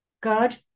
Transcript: God